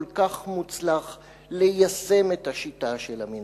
כך מוצלח ליישם את השיטה של המינויים.